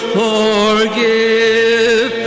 forgive